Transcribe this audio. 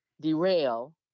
derail